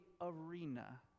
arena